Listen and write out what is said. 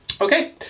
Okay